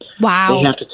Wow